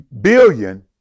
billion